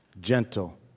gentle